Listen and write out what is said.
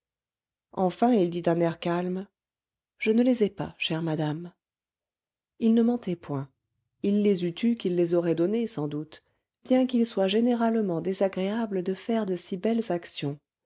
enfin il dit d'un air calme je ne les ai pas chère madame il ne mentait point il les eût eus qu'il les aurait donnés sans doute bien qu'il soit généralement désagréable de faire de si belles actions